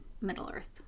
Middle-earth